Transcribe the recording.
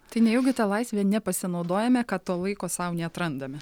tai nejaugi ta laisve nepasinaudojame kad to laiko sau neatrandam